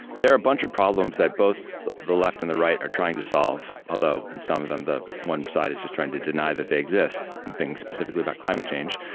there are a bunch of problems that both the left and the right are trying to solve, although in some of them the one side is just trying to deny that they exist, things specifically about climate change.